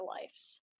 lives